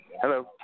Hello